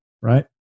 right